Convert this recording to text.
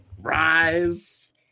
Rise